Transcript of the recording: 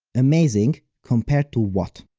amazing compared to what?